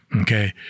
Okay